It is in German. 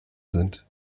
sind